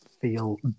feel